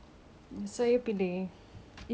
awak dah cakap gitu saya tukar jawapan saya